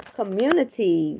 community